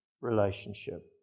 relationship